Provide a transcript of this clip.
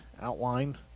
outline